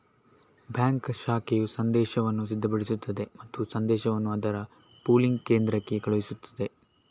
bank ಶಾಖೆಯು ಸಂದೇಶವನ್ನು ಸಿದ್ಧಪಡಿಸುತ್ತದೆ ಮತ್ತು ಸಂದೇಶವನ್ನು ಅದರ ಪೂಲಿಂಗ್ ಕೇಂದ್ರಕ್ಕೆ ಕಳುಹಿಸುತ್ತದೆ